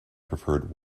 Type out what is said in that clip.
preferred